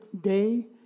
day